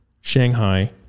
shanghai